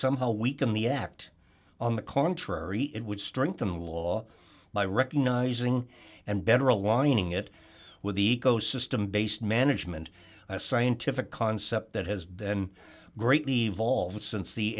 somehow weaken the act on the contrary it would strengthen law by recognizing and better aligning it with the ecosystem based management a scientific concept that has then greatly evolved since the